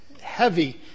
heavy